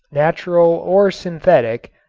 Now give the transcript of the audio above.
natural or synthetic,